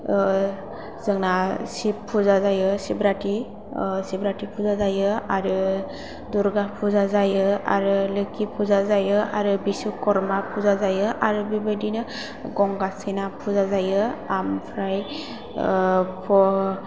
जोंना सिब फुजा जायो सिबराथ्रि सिबराथ्रि फुजा जायो आरो दुर्गा फुजा जायो आरो लोखि फुजा जायो आरो बिस'खरमा फुजा जायो आरो बेबादिनो गंगा सेना फुजा जायो ओमफ्राय